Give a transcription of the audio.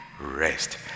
rest